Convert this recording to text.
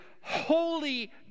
holy